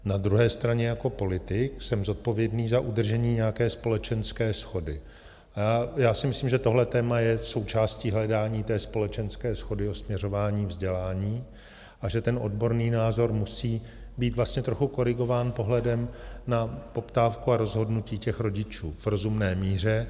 Na druhé straně jako politik jsem zodpovědný za udržení nějaké společenské shody a myslím si, že tohle téma je součástí hledání té společenské shody o směřování vzdělání a že odborný názor musí být vlastně trochu korigován pohledem na poptávku a rozhodnutí rodičů v rozumné míře.